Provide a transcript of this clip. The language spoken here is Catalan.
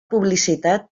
publicitat